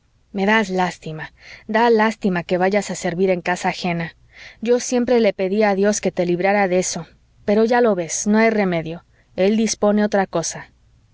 me das lástima da lástima que vayas a servir en casa ajena yo siempre le pedí a dios que te librara de eso pero ya lo ves no hay remedio el dispone otra cosa